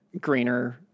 greener